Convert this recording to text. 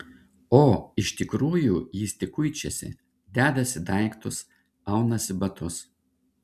o iš tikrųjų jis tik kuičiasi dedasi daiktus aunasi batus